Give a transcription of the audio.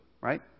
right